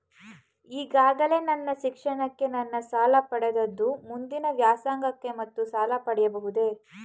ಈಗಾಗಲೇ ನನ್ನ ಶಿಕ್ಷಣಕ್ಕೆ ನಾನು ಸಾಲ ಪಡೆದಿದ್ದು ಮುಂದಿನ ವ್ಯಾಸಂಗಕ್ಕೆ ಮತ್ತೆ ಸಾಲ ಪಡೆಯಬಹುದೇ?